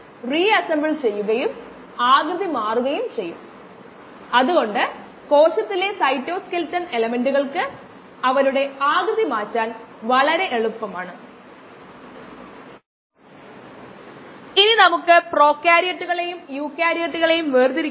5 gram ആയി എടുക്കുന്നു